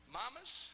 mamas